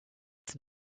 those